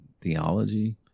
theology